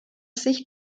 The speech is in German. sich